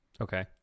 Okay